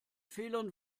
fehlern